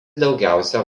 daugiausia